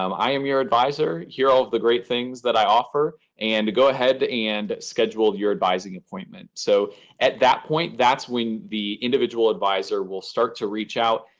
um i am your adviser. here are all of the great things that i offer. and go ahead and schedule your advising appointment. so at that point, that's when the individual adviser will start to reach out.